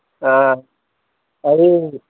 అది